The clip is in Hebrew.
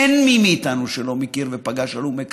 אין מי מאיתנו שלא מכיר ופגש הלומי קרב.